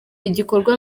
igikorwa